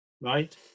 right